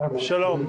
שלום.